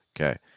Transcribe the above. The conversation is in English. Okay